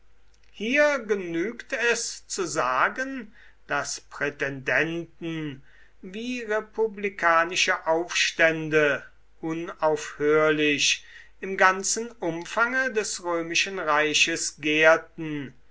hier genügt es zu sagen daß prätendenten wie republikanische aufstände unaufhörlich im ganzen umfange des römischen reiches gärten